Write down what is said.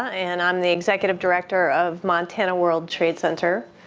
and i'm the executive director of montana world trade center.